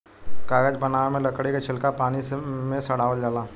कागज बनावे मे लकड़ी के छीलका पानी मे सड़ावल जाला